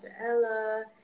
ella